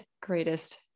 greatest